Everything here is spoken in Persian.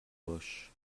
باش